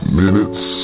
minutes